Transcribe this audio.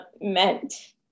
meant